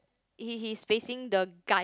is he facing the guy